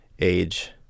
age